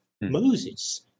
Moses